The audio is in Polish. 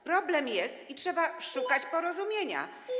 Problem jest i trzeba szukać porozumienia.